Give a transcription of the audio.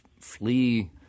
flee